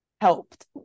helped